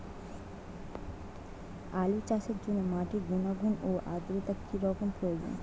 আলু চাষের জন্য মাটির গুণাগুণ ও আদ্রতা কী রকম প্রয়োজন?